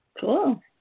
Cool